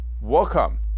Welcome